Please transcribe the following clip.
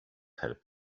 help